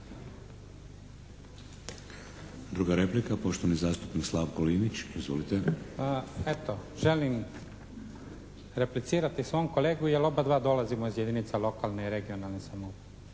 Druga replika poštovani zastupnik Slavko Linić. Izvolite. **Linić, Slavko (SDP)** Eto želim replicirati svom kolegu jer obadva dolazimo iz jedinica lokalne i regionalne samouprave.